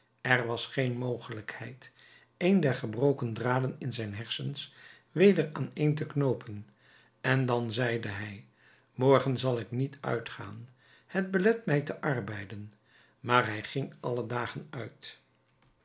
er was geen mogelijkheid een der gebroken draden in zijn hersens weder aaneen te knoopen en dan zeide hij morgen zal ik niet uitgaan het belet mij te arbeiden maar hij ging alle dagen uit